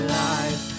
life